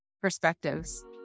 perspectives